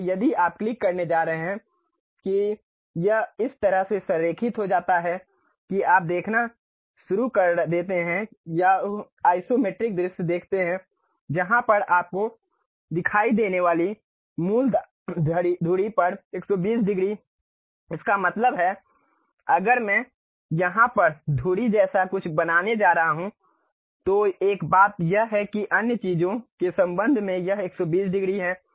इसलिए यदि आप क्लिक करने जा रहे हैं कि यह इस तरह से संरेखित हो जाता है कि आप देखना शुरू कर देते हैं या उह आइसोमेट्रिक दृश्य देखते हैं जहां पर आपको दिखाई देने वाली मूल धुरी पर 120 डिग्री इसका मतलब है अगर मैं यहाँ धुरी जैसा कुछ बनाने जा रहा हूँ तो एक बात यह है कि अन्य चीज़ों के संबंध में यह 120 डिग्री है